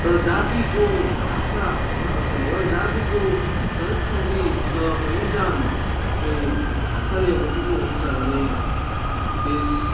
एउटा जातिको भाषा अथवा सरी एउटा जातिको संस्कृति अथवा पहिचान चाहिँ भाषाले बोकेको हुन्छ भने त्यस